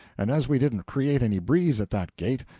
and as we didn't create any breeze at that gait,